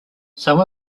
some